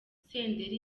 senderi